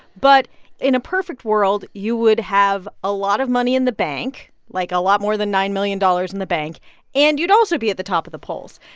but in a perfect world, you would have a lot of money in the bank like, a lot more than nine million dollars in the bank and you'd also be at the top of the polls.